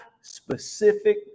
specific